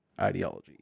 ideology